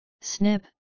snip